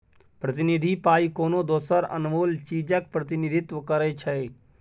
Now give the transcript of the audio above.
प्रतिनिधि पाइ कोनो दोसर अनमोल चीजक प्रतिनिधित्व करै छै